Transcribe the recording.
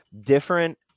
different